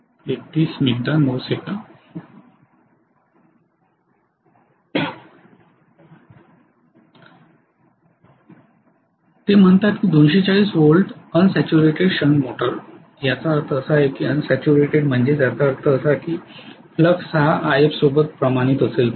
ते म्हणतात की 240 व्होल्ट अनसॅच्युरेटेड शंट मोटर याचा अर्थ असा आहे की अनसॅच्युरेटेड म्हणजेच याचा अर्थ असा आहे की फ्लक्स हा If सोबत प्रमाणित असेल तर